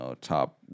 top